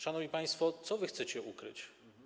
Szanowni państwo, co wy chcecie ukryć?